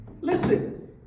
Listen